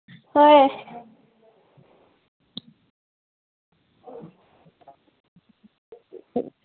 ꯍꯣꯏ